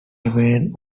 remained